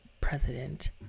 President